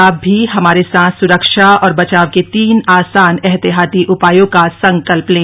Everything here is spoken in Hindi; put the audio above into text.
आप भी हमारे साथ सुरक्षा और बचाव के तीन आसान एहतियाती उपायों का संकल्प लें